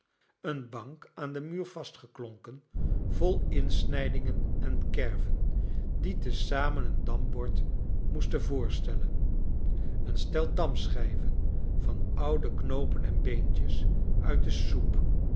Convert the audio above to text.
een bank aan den muur vastgeklonken vol insnijdingen en kerven die te zamen een dambord moesten voorstellen een stel daruschijven van oude knoopen en beentjes uit de soep